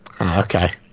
Okay